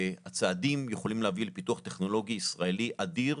הצעדים יכולים להביא לפיתוח טכנולוגי ישראלי אדיר,